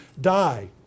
die